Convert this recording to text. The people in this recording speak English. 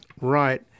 right